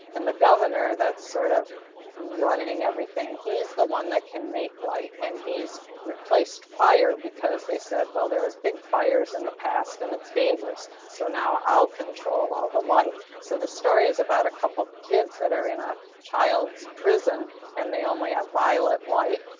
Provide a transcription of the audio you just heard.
and the governor that's sort of running everything, he's the one that can make light and he's replaced fire because they said, well there was big fires in the past and it's dangerous. so now i'll control all the light. so the story is about a couple kids that are in a child's prison and they only have ah violet light.